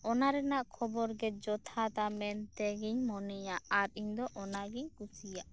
ᱚᱱᱟ ᱨᱮᱱᱟᱜ ᱠᱷᱚᱵᱚᱨ ᱜᱮ ᱡᱚᱛᱷᱟᱛᱟ ᱢᱮᱱᱛᱮᱜᱤᱧ ᱢᱚᱱᱮᱭᱟ ᱟᱨ ᱤᱧ ᱫᱚ ᱚᱱᱟᱜᱤᱧ ᱠᱩᱥᱤᱭᱟᱜᱼᱟ